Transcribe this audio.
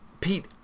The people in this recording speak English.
Pete